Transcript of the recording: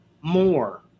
more